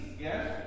Yes